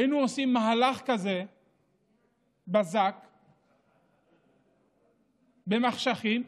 היינו עושים מהלך בזק כזה, במחשכים,